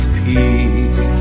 peace